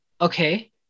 okay